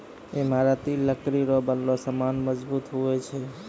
ईमारती लकड़ी रो बनलो समान मजबूत हुवै छै